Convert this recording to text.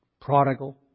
prodigal